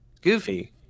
goofy